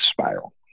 spiral